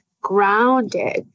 grounded